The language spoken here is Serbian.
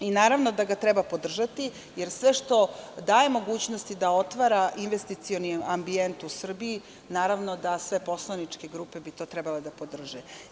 Naravno da ga treba podržati, jer sve što daje mogućnost da otvara investicioni ambijent u Srbiji, naravno da sve poslaničke grupe bi to trebale da podrže.